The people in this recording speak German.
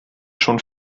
schon